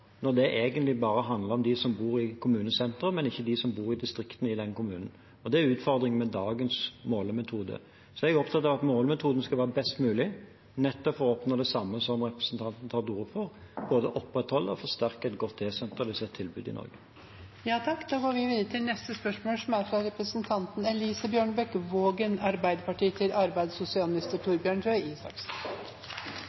når det egentlig bare handler om dem som bor i kommunesenteret, men ikke om dem som bor i distriktene i den kommunen? Det er utfordringen med dagens målemetode. Jeg er opptatt av at målemetodene skal være best mulig, nettopp for å oppnå det samme som representanten tar til orde for – både å opprettholde og forsterke et godt desentralisert tilbud i Norge.